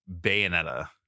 Bayonetta